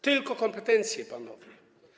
Tylko kompetencje, panowie.